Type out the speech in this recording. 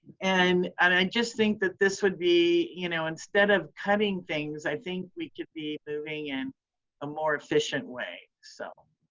and and i just think that this would be you know instead of cutting things, i think we could be moving in a more efficient way so.